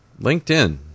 linkedin